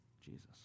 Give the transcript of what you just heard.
Jesus